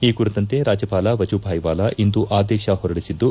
ಈ ಕುರಿತಂತೆ ರಾಜ್ಯಪಾಲ ಮಜೂಭಾಯಿ ವಾಲಾ ಇಂದು ಆದೇಶ ಹೊರಡಿಸಿದ್ದು